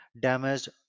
damaged